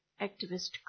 Activist